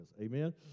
Amen